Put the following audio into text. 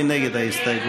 מי נגד ההסתייגות?